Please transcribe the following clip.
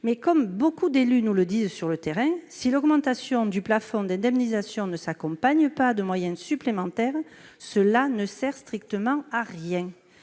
que, comme beaucoup d'élus nous le disent sur le terrain, si l'augmentation du plafond d'indemnisation ne s'accompagne pas de moyens supplémentaires, cela ne sert strictement à rien !